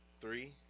Three